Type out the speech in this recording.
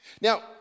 Now